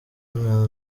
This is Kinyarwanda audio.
nta